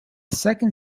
second